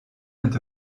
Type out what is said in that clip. and